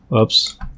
Oops